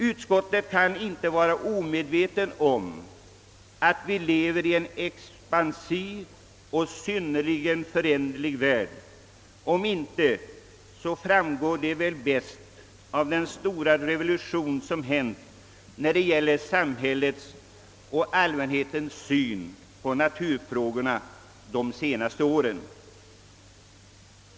Utskottet kan inte vara omedvetet om att vi lever i en expansiv och synnerligen föränderlig värld, vilket bäst framgår av den stora revolution som ägt rum i fråga om samhället och allmänhetens syn på naturfrågorna de senaste åren.